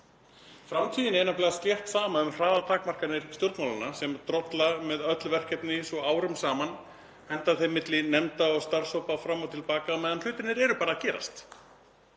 Framtíðinni er nefnilega slétt sama um hraðatakmarkanir stjórnmálanna sem drolla með öll verkefni árum saman, henda þeim milli nefnda og starfshópa fram og til baka á meðan hlutirnir eru bara að gerast.